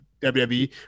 WWE